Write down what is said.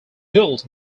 built